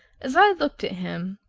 as i looked at him,